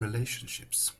relationships